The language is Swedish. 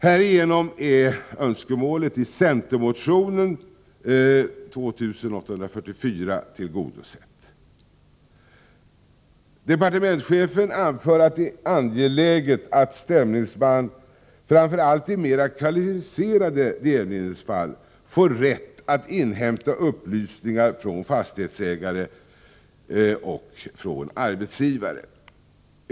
Härigenom är önskemålet i centermotionen 2844 tillgodosett. Departementschefen anför att det är angeläget att stämningsmännen, framför allt i mera kvalificerade delgivningsfall, får rätt att inhämta upplysningar från fastighetsägare och från arbetsgivare.